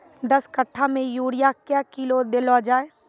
दस कट्ठा मे यूरिया क्या किलो देलो जाय?